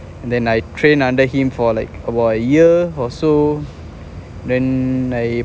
and then I train under him for like about a year or so then I